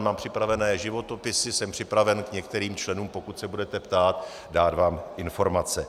Mám připravené životopisy, jsem připraven k některým členům, pokud se budete ptát, vám dát informace.